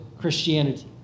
Christianity